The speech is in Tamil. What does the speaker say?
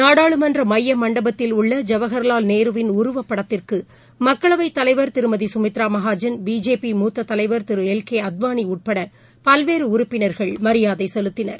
நாடாளுமன்றமையமண்டபத்தில் உள்ள ஐவஹா்லால் நேருவின் உருவப்படத்திற்குமக்களவைத்தலைவர் திருமதிசுமித்ராமகாஜன் பிஜேபி மூத்ததைவர் திருஎல் கேஅத்வானிஉட்படபல்வேறுஉறுப்பினர்கள் மரியாதைசெலுத்தினர்